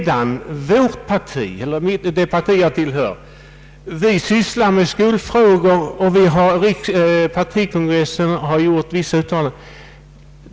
Det parti jag tillhör sysslar med skolfrågor, och partikongressen har gjort vissa uttalanden.